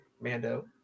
Mando